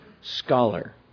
scholar